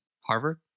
Harvard